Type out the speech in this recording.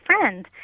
friend